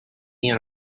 ian